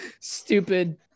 stupid